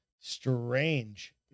Strange